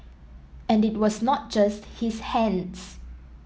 and it was not just his hands